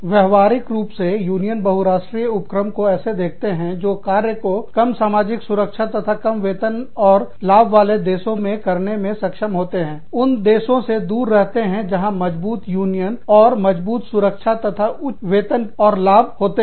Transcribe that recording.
व्यवहारिक रुप से यूनियन बहुराष्ट्रीय उपक्रमों को ऐसे देखते हैं जो कार्य को कम सामाजिक सुरक्षा तथा कम वेतन और लाभ वाले देशों में करने में सक्षम होते हैं उन देशों से दूर रहते हैं जहां मजबूत यूनियन और मजबूत सुरक्षा तथा उच्च वेतन और लाभ होते हैं